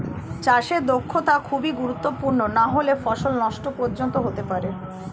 চাষে দক্ষতা খুবই গুরুত্বপূর্ণ নাহলে ফসল নষ্ট পর্যন্ত হতে পারে